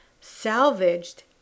salvaged